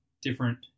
different